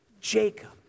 Jacob